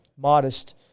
modest